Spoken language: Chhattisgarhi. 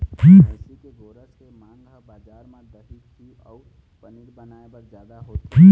भइसी के गोरस के मांग ह बजार म दही, घींव अउ पनीर बनाए बर जादा होथे